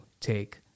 take